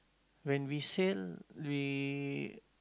when we sail we